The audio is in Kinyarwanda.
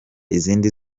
izindi